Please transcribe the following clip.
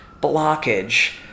blockage